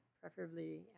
Preferably